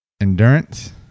endurance